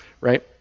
right